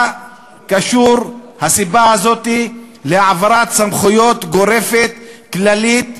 מה קשורה הסיבה הזאת להעברת סמכויות גורפת, כללית,